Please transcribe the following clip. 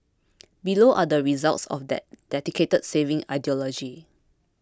below are the results of that dedicated saving ideology